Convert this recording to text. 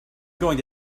going